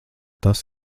tas